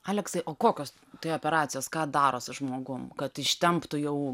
aleksai o kokios tai operacijos ką daro su žmogum kad ištemptų jau